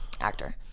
Actor